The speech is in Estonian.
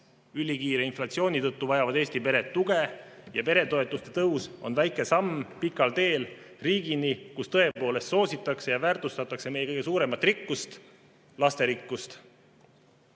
Ülikiire inflatsiooni tõttu vajavad Eesti pered tuge ja peretoetuste tõus on väike samm pikal teel riigini, kus tõepoolest soositakse ja väärtustatakse meie kõige suuremat rikkust, lasterikkust. Räägin